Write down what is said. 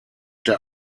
der